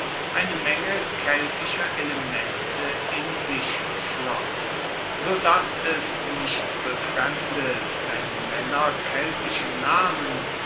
eine menge keltischer elemente in sich schloß so daß es nicht befremdet wenn männer keltischen namens